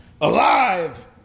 alive